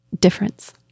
difference